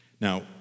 Now